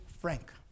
Frank